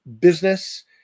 business